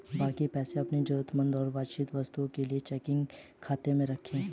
बाकी पैसे अपनी जरूरत और वांछित वस्तुओं के लिए चेकिंग खाते में रखें